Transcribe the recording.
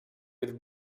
with